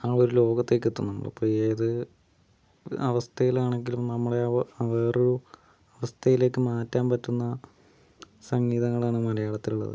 ആ ഒരു ലോകത്തേക്കെത്തും നമ്മള് ഇപ്പോൾ ഏത് അവസ്ഥയിലാണെങ്കിലും നമ്മളെ വേറൊരു അവസ്ഥയിലേക്ക് മാറ്റാൻ പറ്റുന്ന സംഗീതങ്ങളാണ് മലയാളത്തിലുള്ളത്